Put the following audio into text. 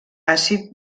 àcid